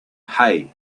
hay